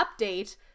update